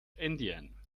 indien